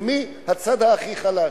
ומי הצד הכי חלש?